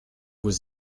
was